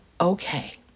okay